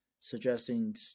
suggesting